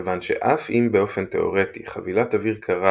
כיוון שאף אם באופן תאורטי חבילת אוויר קרה